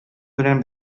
белән